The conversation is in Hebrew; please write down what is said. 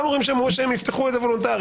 הם אומרים שיפתחו את זה וולונטרית.